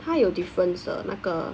他有 difference 的那个